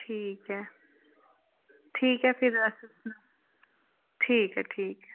ठीक ऐ ठीक ऐ फिर ठीक ऐ ठीक